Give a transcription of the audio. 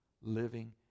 living